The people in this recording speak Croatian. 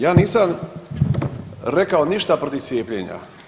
Ja nisam rekao ništa protiv cijepljenja.